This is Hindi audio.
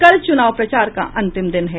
कल चुनाव प्रचार का अंतिम दिन है